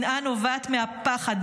שנאה הנובעת מהפחד,